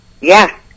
Yes